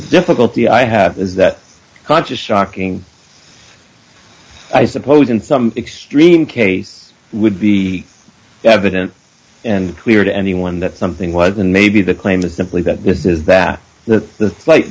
difficulty i have is that conscious shocking i suppose in some extreme case would be evident and clear to anyone that something was and maybe the claim that simply that this is that the the li